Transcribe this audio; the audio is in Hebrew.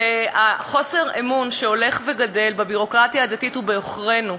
וחוסר האמון ההולך וגדל בביורוקרטיה הדתית הוא בעוכרינו.